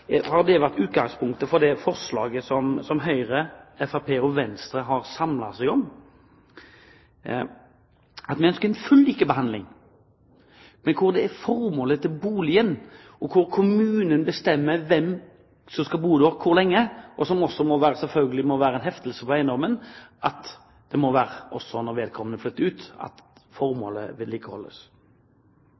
Venstre har samlet seg om, at vi ønsker full likebehandling, men at formålet med boligen, altså at kommunen bestemmer hvem som skal bo der, og hvor lenge, også må være med. Selvfølgelig må det være en heftelse på eiendommen, at formålet opprettholdes når vedkommende flytter ut. Det forutsettes at